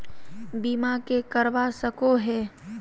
बीमा के करवा सको है?